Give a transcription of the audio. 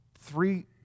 three